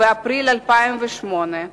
באפריל 2008,